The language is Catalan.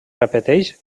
repeteix